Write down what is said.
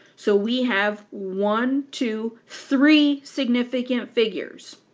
so we have one, two, three significant figures.